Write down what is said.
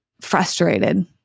frustrated